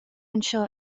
anseo